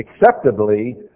acceptably